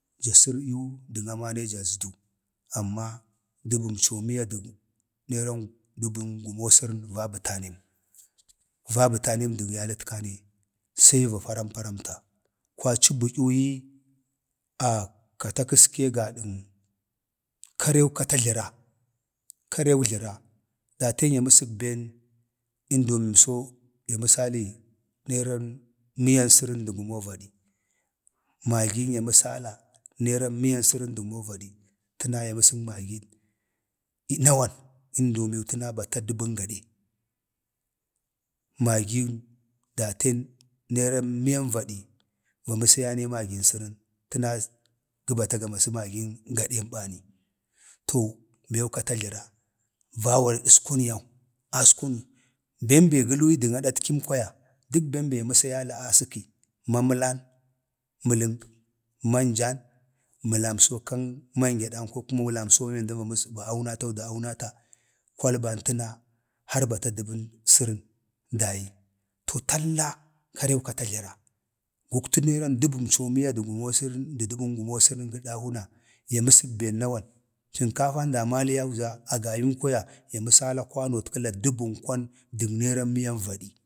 ﻿ja sə yuu dən amane ja əzdu, amma dəbəmco miya dən neran dəbən gumosəran va batanəm va bətam əmdəg yalatkane, se ii va param paramta, kwaci bədyu yii kata kəske gadan karew bata jləra, karew jləra daten ya məsək ben indomim so ya məsali ii neran miyan sərən də gumo vadi, magin ya məsala neran miyan sərən də gumo vadi təna ya məsəg magin nawan? indomin təna batə dəban gade, magin daten neran miyan vadi va məsiyane magin sərən, tana gə bata ga masə magin gadəm bani, to bew kata jləra, awaran əskwanu yau, askwanu bem be gə luuyi dən adatkim kwaya, dək bem be ya məsayin li asəki mama məlan, ma ənjan manjan, məlamso kan manjadan kokuma məlamso kan kwalban təna har bata dəbən sərən dayi, to talla kareu kata jləra, guktə neran dəbəm co miya də gumosərən gə dahwiu ii kunau na, ya məsək ben nawan? sənkafan damali yau za agayəm kwaya, ya məsalakwanotkəlan kwan dən neran miyan vadi,